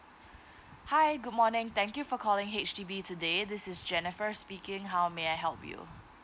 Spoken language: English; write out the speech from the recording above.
hi good morning thank you for calling H_D_B today this is jennifer speaking how may I help you